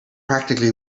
practically